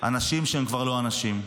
אנשים שהם כבר לא אנשים.